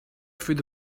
through